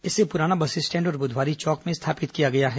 इसे पुराना bus stand और बुधवारी चौक में स्थापित किया गया है